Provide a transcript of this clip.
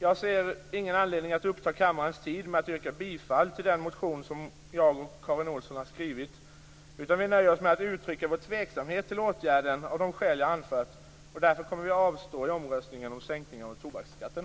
Jag ser ingen anledning att uppta kammarens tid med att yrka bifall till den motion som jag och Karin Olsson har skrivit, utan vi nöjer oss med att uttrycka vår tveksamhet till åtgärden av de skäl som jag har anfört, och därför kommer vi att avstå i omröstningen om sänkningen av tobaksskatten.